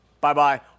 Bye-bye